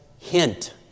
hint